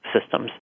systems